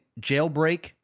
jailbreak